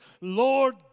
Lord